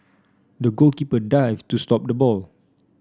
the goalkeeper dived to stop the ball